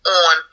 on